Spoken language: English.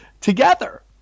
together